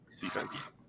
defense